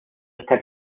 esta